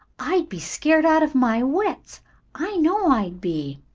i'd be scared out of my wits i know i'd be!